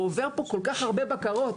הוא עובר פה כל כך הרבה בקרות.